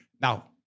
Now